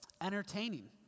Entertaining